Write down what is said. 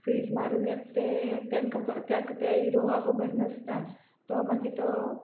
fit मारून येत तें तेंक ख तेक ते हिरोवा खबर नासता तो मागी तो